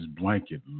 blanket